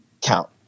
count